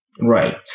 Right